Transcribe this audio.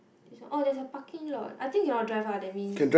oh there's a parking lot I think cannot drive ah that means